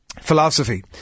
philosophy